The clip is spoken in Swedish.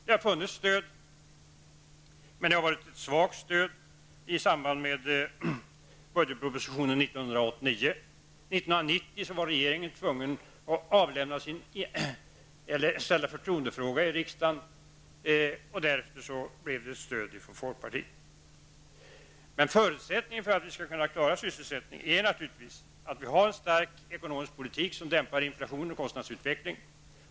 Det fanns stöd i samband med budgetpropositionen 1989, men det var svagt. År 1990 var regeringen tvungen att ställa en förtroendefråga i riksdagen och fick därefter stöd från folkpartiet. Förutsättningarna för att sysselsättningen skall kunna klaras är naturligtvis att det förs en stark ekonomisk politik som dämpar inflationen och kostnadsutvecklingen.